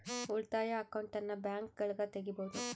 ಉಳಿತಾಯ ಅಕೌಂಟನ್ನ ಬ್ಯಾಂಕ್ಗಳಗ ತೆಗಿಬೊದು